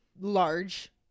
large